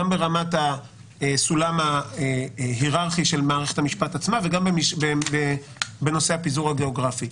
גם ברמת הסולם ההיררכי של מערכת המשפט עצמה וגם בנושא הפיזור הגיאוגרפי.